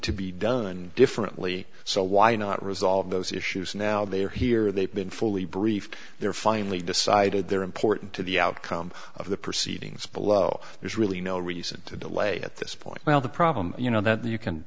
to be done differently so why not resolve those issues now they are here they've been fully briefed they're finally decided they're important to the outcome of the proceedings below there's really no reason to delay at this point well the problem you know that you can